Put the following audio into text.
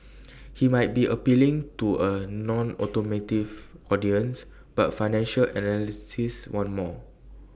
he might be appealing to A nonautomotive audience but financial analysts want more